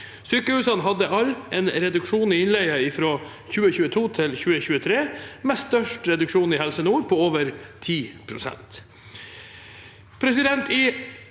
sykehusene hadde en reduksjon i innleie fra 2022 til 2023, med størst reduksjon i Helse nord, på over 10